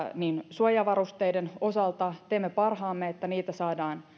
suojavarusteiden osalta teemme parhaamme että niitä saadaan